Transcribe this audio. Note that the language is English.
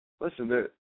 Listen